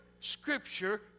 scripture